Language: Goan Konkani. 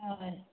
हय